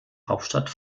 hauptstadt